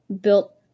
built